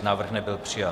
Návrh nebyl přijat.